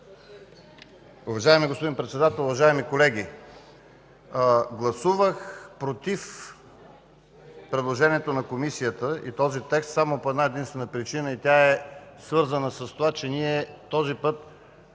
Уважаеми господин Председател, уважаеми колеги! Гласувах „против” предложението на Комисията и този текст по една-единствена причина. Тя е свързана с това, че ние този път